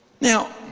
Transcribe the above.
now